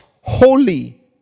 holy